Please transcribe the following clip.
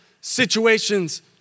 situations